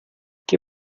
qué